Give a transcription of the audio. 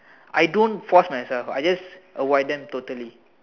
I don't force myself I just avoid them totally